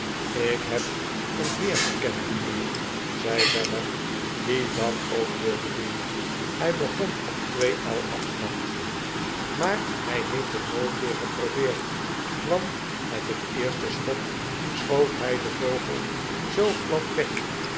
ik heb een heer gekend mijnheer zei weller die dat ook wilde doen hij begon op twee el afstand maar hij heeft het nooit weer geprobeerd want met het eerste schot schoot hij den vogel zoo glad weg